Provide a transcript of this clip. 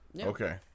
Okay